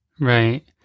Right